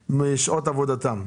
התאגד.